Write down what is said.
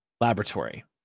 laboratory